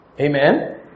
Amen